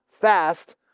fast